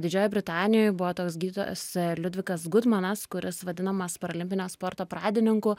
didžiojoj britanijoj buvo toks gydytojas liudvikas gudmanas kuris vadinamas paralimpinio sporto pradininku